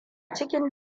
cikin